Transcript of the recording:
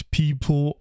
people